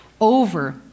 over